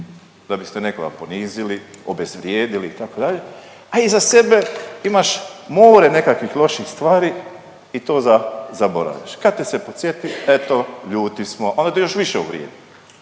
da biste nekoga ponizili, obezvrijedili itd., a iza sebe imaš more nekakvih loših stvari i to za… zaboraviš, kad te se podsjeti eto ljuti smo, ali bi još više uvrijedili